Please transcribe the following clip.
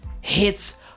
Hits